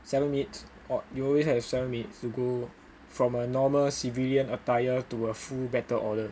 seven minutes got you always have seven minutes to go from a normal civilian attire to a full battle order